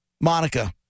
Monica